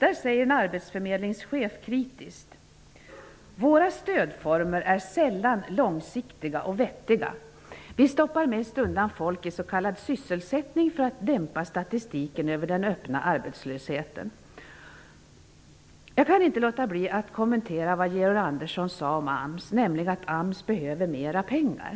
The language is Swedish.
Där säger en arbetsförmedlingschef kritiskt: ''Våra stödformer är sällan långsiktiga och vettiga. Vi stoppar mest undan folk i så kallad sysselsättning för att dämpa statistiken över den öppna arbetslösheten.'' Jag kan inte låta bli att kommentera vad Georg Andersson sade om AMS, nämligen att AMS behöver mera pengar.